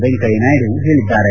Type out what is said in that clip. ವೆಂಕಯ್ಯನಾಯ್ತು ಹೇಳಿದ್ದಾರೆ